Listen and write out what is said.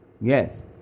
Yes